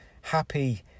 happy